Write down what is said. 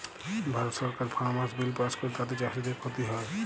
ভারত সরকার farmers bill pass ক্যরে তাতে চাষীদের খ্তি হ্যয়